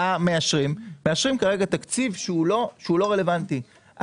מאשרים כרגע תקציב שהוא לא רלוונטי,